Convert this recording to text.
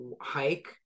hike